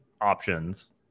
options